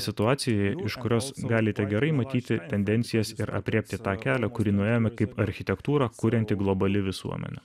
situacijoje iš kurios galite gerai matyti tendencijas ir aprėpti tą kelią kurį nuėjome kaip architektūrą kurianti globali visuomenė